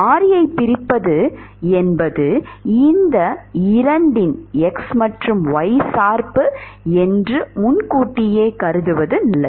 மாறியைப் பிரிப்பது என்பது இந்த இரண்டின் x மற்றும் y சார்பு என்று முன்கூட்டியே கருதுவது நல்லது